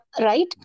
right